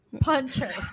puncher